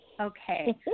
Okay